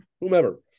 whomever